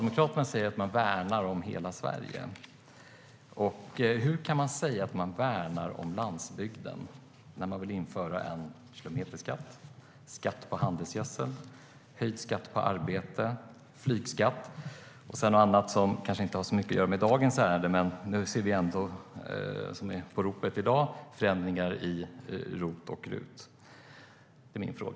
Den fråga jag därför vill ställa till Hannah Bergstedt är: Hur kan man säga att man värnar om landsbygden när man vill införa kilometerskatt, skatt på handelsgödsel, höjd skatt på arbete, flygskatt och något som kanske inte har så mycket att göra med dagens ärende men som är i ropet i dag, förändringar i ROT och RUT?